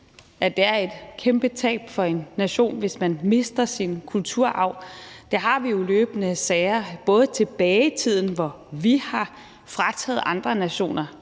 at det er et kæmpe tab for en nation, hvis man mister sin kulturarv. Det har vi jo løbende sager om, både tilbage i tiden, hvor vi har frataget andre nationer